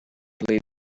play